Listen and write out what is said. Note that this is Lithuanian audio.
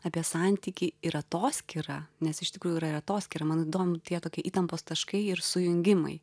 apie santykį ir atoskyrą nes iš tikrųjų yra ir atoskyra man įdomu tie tokie įtampos taškai ir sujungimai